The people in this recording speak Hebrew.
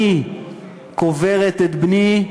אני קוברת את בני,